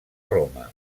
roma